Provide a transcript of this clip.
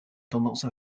tendance